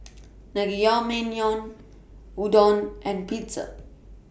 Naengmyeon Udon and Pizza